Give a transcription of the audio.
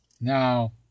Now